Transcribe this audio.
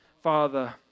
Father